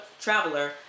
traveler